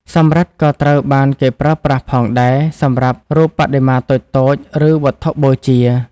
សំរឹទ្ធិក៏ត្រូវបានគេប្រើប្រាស់ផងដែរ សម្រាប់រូបបដិមាតូចៗ ឬវត្ថុបូជា។